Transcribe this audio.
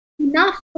Enough